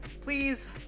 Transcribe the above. please